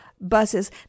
Buses